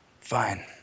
Fine